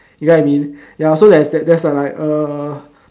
you get what I mean ya so that's that's like uh